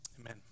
amen